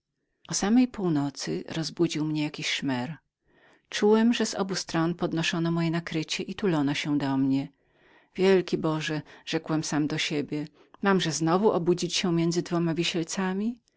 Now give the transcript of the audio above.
samej północy rozbudził mnie jakiś szmer czułem że z obu stron podnoszono moje nakrycie i tulono się do mnie wielki boże rzekłem sam do siebie mamże znowu obudzić się między dwoma